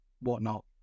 whatnot